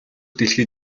дэлхий